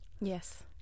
yes